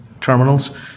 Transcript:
terminals